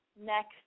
next